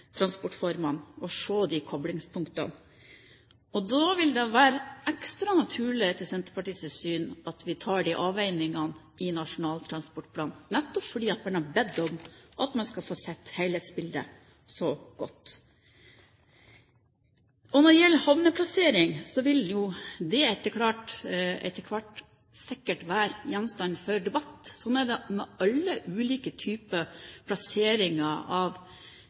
transportformene og se de koblingspunktene. Da vil det være ekstra naturlig etter Senterpartiets syn at vi tar de avveiningene i Nasjonal transportplan, nettopp fordi man har bedt om at man skal få se helhetsbildet så godt. Når det gjelder havneplassering, vil jo det etter hvert sikkert være gjenstand for debatt. Slik er det med alle ulike typer plasseringer